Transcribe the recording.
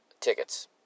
tickets